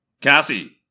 Cassie